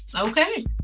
Okay